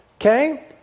okay